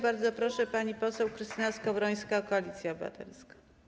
Bardzo proszę, pani poseł Krystyna Skowrońska, Koalicja Obywatelska.